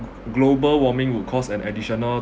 global warming would cost an additional